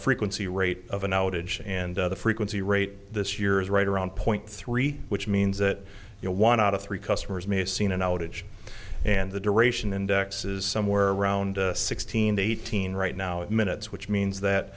frequency rate of an outage and the frequency rate this year is right around point three which means that your one out of three customers may have seen an outage and the duration indexes somewhere around sixteen to eighteen right now of minutes which means that